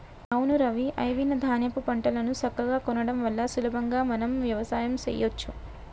అవును రవి ఐవివ ధాన్యాపు పంటలను సక్కగా కొనడం వల్ల సులభంగా మనం వ్యవసాయం సెయ్యచ్చు